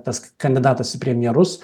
tas kandidatas į premjerus